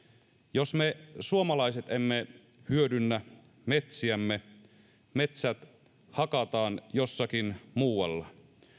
jos me suomalaiset emme hyödynnä metsiämme metsät hakataan jossakin muualla